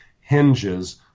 hinges